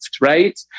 right